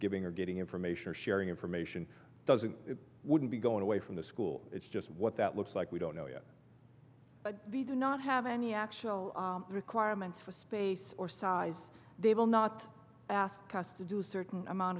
giving or getting information or sharing information doesn't it wouldn't be going away from the school it's just what that looks like we don't know yet but we do not have any actual requirements for space or size they will not ask us to do a certain amount